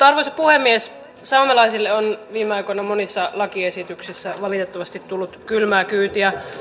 arvoisa puhemies saamelaisille on viime aikoina monissa lakiesityksissä valitettavasti tullut kylmää kyytiä